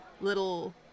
little